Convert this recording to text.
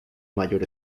mayor